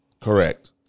Correct